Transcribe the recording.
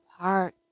park